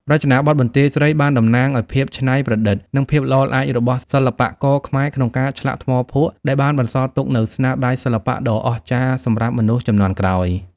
រចនាបថបន្ទាយស្រីបានតំណាងឱ្យភាពច្នៃប្រឌិត និងភាពល្អឯករបស់សិល្បករខ្មែរក្នុងការឆ្លាក់ថ្មភក់ ដែលបានបន្សល់ទុកនូវស្នាដៃសិល្បៈដ៏អស្ចារ្យសម្រាប់មនុស្សជំនាន់ក្រោយ។